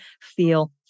feel